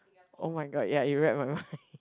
oh-my-god ya you read my mind